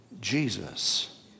Jesus